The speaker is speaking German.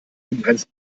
begrenzt